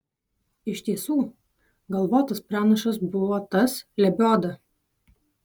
iš tiesų galvotas pranašas buvo tas lebioda